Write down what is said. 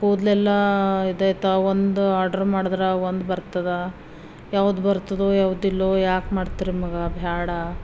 ಕೂದಲೆಲ್ಲ ಇದೆ ತ ಒಂದು ಆಡ್ರ ಮಾಡಿದ್ರ ಒಂದು ಬರ್ತದೆ ಯಾವ್ದು ಬರ್ತದೋ ಯಾವ್ದು ಇಲ್ವೋ ಯಾಕೆ ಮಾಡ್ತೀರಿ ಮಗ ಬ್ಯಾಡ